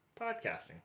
Podcasting